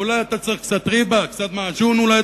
אולי אתה צריך קצת ריבה, קצת מעג'ון אולי?